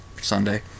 Sunday